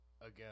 again